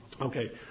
okay